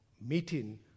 meeting